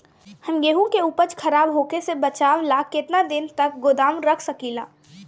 हम गेहूं के उपज खराब होखे से बचाव ला केतना दिन तक गोदाम रख सकी ला?